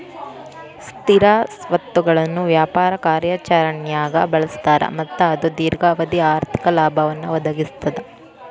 ಸ್ಥಿರ ಸ್ವತ್ತುಗಳನ್ನ ವ್ಯಾಪಾರ ಕಾರ್ಯಾಚರಣ್ಯಾಗ್ ಬಳಸ್ತಾರ ಮತ್ತ ಅದು ದೇರ್ಘಾವಧಿ ಆರ್ಥಿಕ ಲಾಭವನ್ನ ಒದಗಿಸ್ತದ